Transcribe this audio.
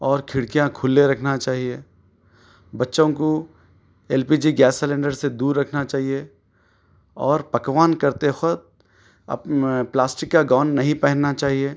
اور کھڑکیاں کھلے رکھنا چاہیے بچوں کو L P G gas cylinder سے دور رکھنا چاہیے اور پکوان کرتے وقت اپ پلاسٹک کا گون نہیں پہننا چاہیے